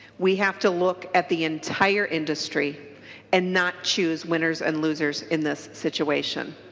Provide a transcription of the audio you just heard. we have to look at the entire industry and not choose winners and losers in this situation.